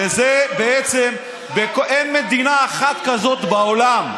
וזה בעצם, אין מדינה אחת כזו בעולם.